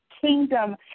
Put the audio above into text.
kingdom